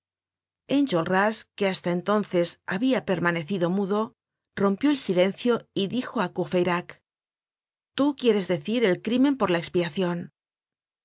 fin enjolras que hasta entonces habia permanecido mudo rompió el silencio y dijoá courfeyrac tú quieres decir el crimen por la expiacion